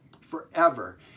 forever